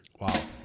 Wow